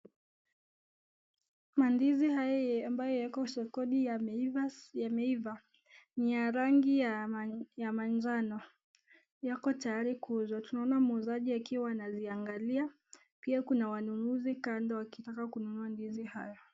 Mandizi haya ambayo yako sokoni yameiva, ni ya rangi ya manjano, yako tayari kuuzwa. Tunaona muuzaji akiwa anaziangalia pia kuna wanunuzi kando wakitaka kununua ndizi haya.